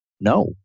No